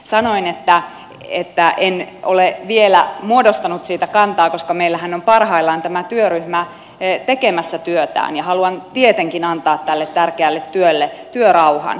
sanoin että en ole vielä muodostanut siitä kantaa koska meillähän on parhaillaan tämä työryhmä tekemässä työtään ja haluan tietenkin antaa tälle tärkeälle työlle työrauhan